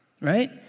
right